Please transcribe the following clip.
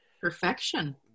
Perfection